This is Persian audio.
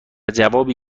جوابی